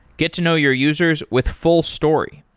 get to know your users with fullstory.